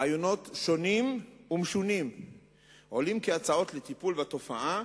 רעיונות שונים ומשונים עולים כהצעות לטיפול בתופעה,